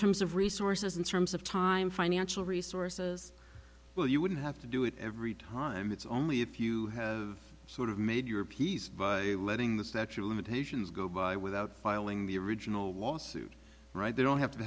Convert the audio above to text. terms of resources in terms of time financial resources well you wouldn't have to do it every time it's only if you have sort of made your peace letting the statue of limitations go by without filing the original lawsuit right they don't have to